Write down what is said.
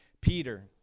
Peter